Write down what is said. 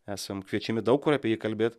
esam kviečiami daug kur apie jį kalbėt